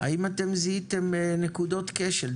האם זיהיתם נקודות כשל,